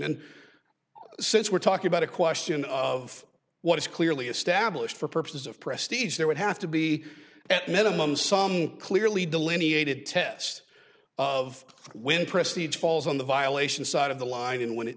and since we're talking about a question of what is clearly established for purposes of prestige there would have to be at minimum some clearly delineated test of when prestige falls on the violation side of the line and when it